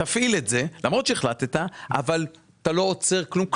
תפעיל את זה למרות שהחלטת אבל אתה לא עוצר כלום.